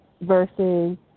versus